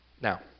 Now